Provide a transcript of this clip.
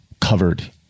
covered